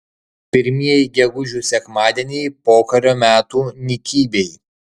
pirmieji gegužių sekmadieniai pokario metų nykybėj